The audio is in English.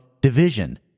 division